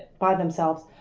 by themselves.